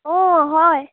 অঁ হয়